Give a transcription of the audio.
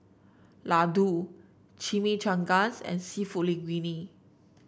Ladoo Chimichangas and seafood Linguine